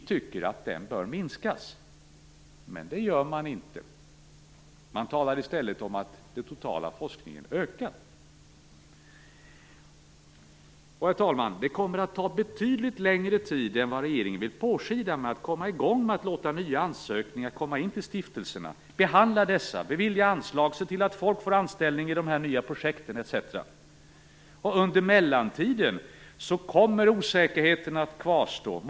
Men det gör man inte. Man talar i stället om att den totala forskningen ökar. Herr talman! Det kommer att ta betydligt längre tid än vad regeringen vill låta påskina att komma i gång med att låta nya ansökningar komma in till stiftelserna, behandla dessa, bevilja anslag, se till att folk får anställning i de nya projekten etc. Under mellantiden kommer osäkerheten att kvarstå.